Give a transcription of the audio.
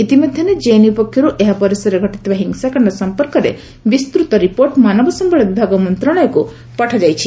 ଇତିମଧ୍ୟରେ ଜେଏନ୍ୟୁ ପକ୍ଷରୁ ଏହା ପରିସରରେ ଘଟିଥିବା ହିଂସାକାଣ୍ଡ ସମ୍ପର୍କରେ ବିସ୍ତୃତ ରିପୋର୍ଟ ମାନବ ସମ୍ଭଳ ବିଭାଗ ମନ୍ତ୍ରଣାଳୟକ୍ତ ପଠାଯାଇଛି